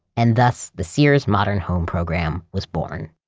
and thus the sears modern home program was born.